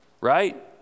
right